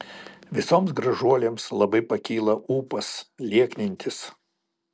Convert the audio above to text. visoms gražuolėms labai pakyla ūpas lieknintis